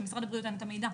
למשרד הבריאות אין את המידע.